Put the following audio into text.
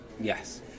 yes